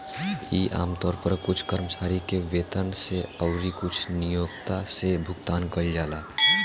इ आमतौर पर कुछ कर्मचारी के वेतन से अउरी कुछ नियोक्ता से भुगतान कइल जाला